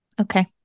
Okay